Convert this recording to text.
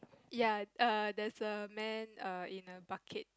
ya err there's a man err in a bucket